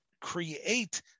create